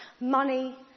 money